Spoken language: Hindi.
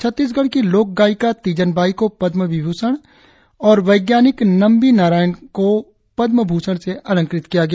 छत्तीसगढ़ कि लोक गायिका तीजन बाई को पदम विभूषण और वैज्ञानिक नंबी नारायण को पदम भूषण से अलंकृत किया गया